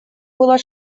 было